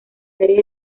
series